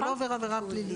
אבל לא עובר עבירה פלילית.